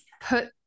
put